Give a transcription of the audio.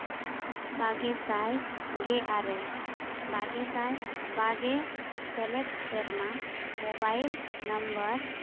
ᱵᱟᱜᱮ ᱥᱟᱭ ᱜᱮ ᱟᱨᱮ ᱵᱟᱜᱮ ᱥᱟᱭ ᱵᱟᱜᱮ ᱥᱮᱞᱮᱫ ᱥᱮᱨᱢᱟ ᱢᱳᱵᱟᱭᱤᱞ ᱱᱟᱢᱵᱟᱨ